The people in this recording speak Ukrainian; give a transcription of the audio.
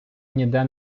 ніде